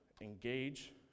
engage